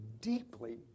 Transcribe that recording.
deeply